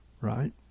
Right